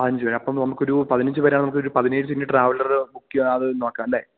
അഞ്ച് പേര് അപ്പം നമുക്കൊരു പതിനഞ്ച് പേരാണെങ്കില് നമുക്കൊരു പതിനേഴ് സീറ്റിൻ്റെ ട്രാവലര് ബുക്ക് ചെയ്യാം അത് നോക്കാമല്ലെ